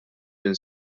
minn